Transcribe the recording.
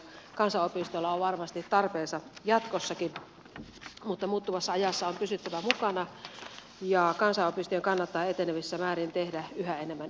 kansanopistoilla on varmasti tarpeensa jatkossakin mutta muuttuvassa ajassa on pysyttävä mukana ja kansanopistojen kannattaa enenevässä määrin tehdä yhä enemmän yhteistyötä